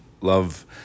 love